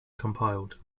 compiled